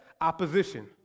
opposition